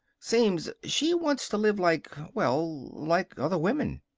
seems she wants to live like well, like other women.